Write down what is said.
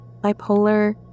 bipolar